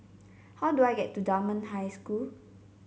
how do I get to Dunman High School